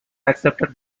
accepted